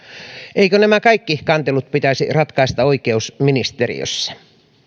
eivätkö nämä kaikki kantelut pitäisi ratkaista oikeusministeriössä